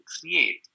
create